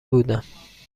بودم